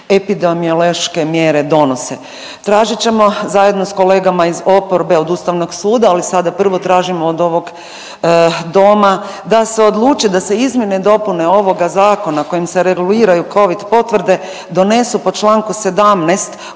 epidemiološke mjere donose. Tražit ćemo zajedno s kolegama iz oporbe od Ustavnog suda, ali sada prvo tražimo od ovog doma da se odluče da se izmjene i dopune ovoga zakona kojim se reguliraju Covid potvrde donesu po Članku 17.